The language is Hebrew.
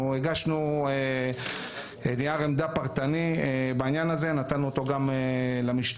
אנחנו הגשנו נייר עמדה פרטני בעניין הזה למשטרה.